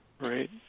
right